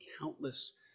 countless